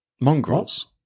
Mongrels